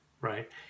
right